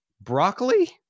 broccoli